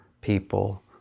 people